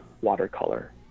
watercolor